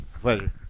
Pleasure